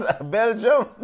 Belgium